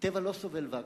הטבע לא סובל ואקום,